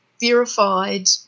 verified